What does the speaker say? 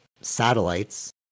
satellites